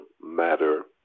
matter